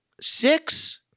Six